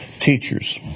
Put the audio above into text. teachers